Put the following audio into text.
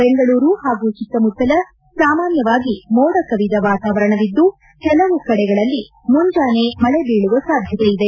ಬೆಂಗಳೂರು ಹಾಗೂ ಸುತ್ತಮುತ್ತ ಸಾಮಾನ್ಯವಾಗಿ ಮೋಡ ಕವಿದ ವಾತವಾರಣವಿದ್ದು ಕೆಲವು ಕಡೆಗಳಲ್ಲಿ ಮುಂಜಾನೆ ಮಳೆ ಬೀಳುವ ಸಾಧ್ಯತೆ ಇದೆ